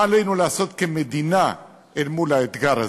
מה עלינו לעשות כמדינה מול האתגר הזה: